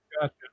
Gotcha